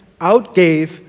outgave